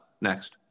Next